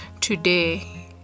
today